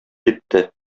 китте